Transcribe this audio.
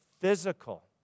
physical